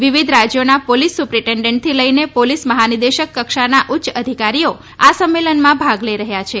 વિવિધ રાજયોના પોલીસ સુપ્રિટેન્ડન્ટથી લઇને પોલીસ મહાનિદેશક કક્ષાના ઉચ્ચ અધિકારીઓ આ સંમેલનમાં ભાગ લઇ રહયાં છે